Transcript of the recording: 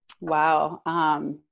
Wow